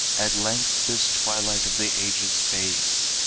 at length this twilight of the ages fades,